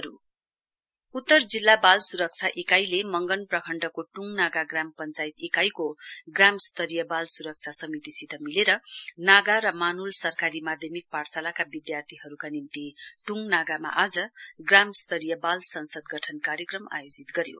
children's parliament north उत्तर जिल्ला बाल स्रक्षा इकाइले मंगन प्रखण्डको ट्ङ नागा ग्राम पञ्चायत इकाइको ग्राम स्तरीय बाल सुरक्षा समितिसित मिलेर नागा र मानुल सरकारी माध्यमिक पाठशालाका विधार्थीहरूका निम्ति ट्ङ नागामा आज ग्राम स्तरीय बाल संसद गठन कार्यक्रम आयोजित गर्यो